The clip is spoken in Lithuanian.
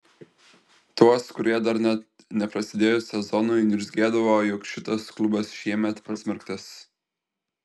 tuos kurie dar net nepasidėjus sezonui niurzgėdavo jog šitas klubas šiemet pasmerktas